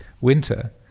winter